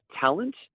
talent